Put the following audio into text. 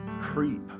creep